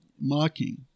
Mocking